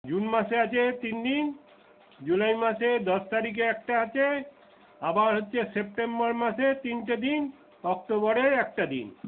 June মাসে আছে তিন দিন জুলাই মাসে দশ তারিখে একটা আছে আবার হচ্ছে সেপ্টেম্বর মাসে তিনটে দিন অক্টোবরের একটা দিন